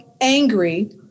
angry